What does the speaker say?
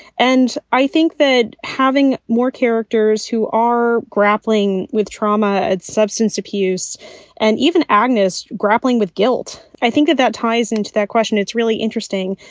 and i think that having more characters who are grappling with trauma, and substance abuse and even agnes grappling with guilt, i think that that ties into that question. it's really interesting.